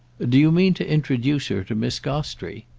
do you mean to introduce her to miss gostrey?